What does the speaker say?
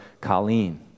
Colleen